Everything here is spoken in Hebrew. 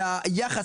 והיחס,